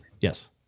Yes